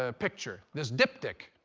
ah picture, this diptych.